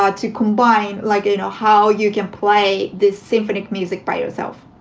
ah to combine like, you know, how you can play this symphonic music by yourself.